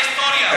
של ההיסטוריה,